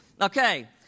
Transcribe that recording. Okay